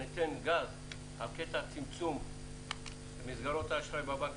שניתן גז על קטע הצמצום של מסגרות האשראי בבנקים.